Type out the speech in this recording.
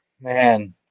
Man